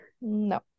No